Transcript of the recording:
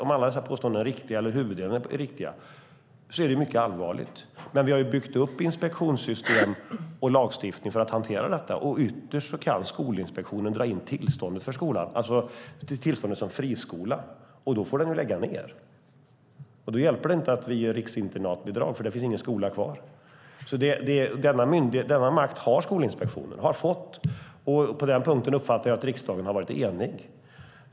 Om alla dessa påståenden är riktiga eller om huvuddelen av dem är riktiga är det mycket allvarligt. Men vi har byggt upp inspektionssystem och lagstiftning för att hantera detta. Ytterst kan Skolinspektionen dra in tillståndet för skolan, alltså tillståndet som friskola. Då får den lägga ned, och då hjälper det inte att vi ger riksinternatbidrag, för det finns ingen skola kvar. Denna makt har Skolinspektionen fått. Och på den punkten uppfattar jag att riksdagen har varit enig.